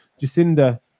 Jacinda